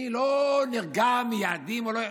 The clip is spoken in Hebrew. אני לא נרגע מיעדים או לא.